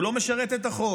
הוא לא משרת את החוק,